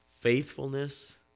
faithfulness